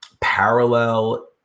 parallel